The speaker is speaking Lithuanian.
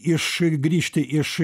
iš grįžti iš